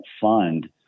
fund